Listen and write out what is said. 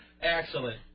Excellent